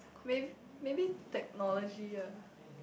may maybe technology ah